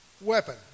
weapon